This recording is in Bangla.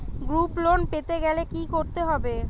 গ্রুপ লোন পেতে গেলে কি করতে হবে?